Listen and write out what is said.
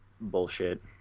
bullshit